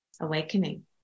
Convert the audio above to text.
awakening